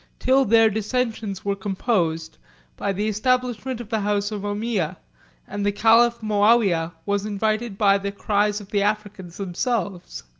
till their dissensions were composed by the establishment of the house of ommiyah and the caliph moawiyah was invited by the cries of the africans themselves.